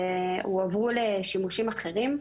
שהועברו לשימושים אחרים,